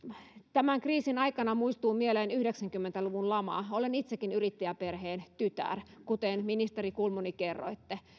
tämän kriisin aikana muistuu mieleen yhdeksänkymmentä luvun lama olen itsekin yrittäjäperheen tytär kuten ministeri kulmuni kerroitte olevanne